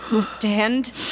stand